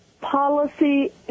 policy